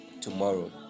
tomorrow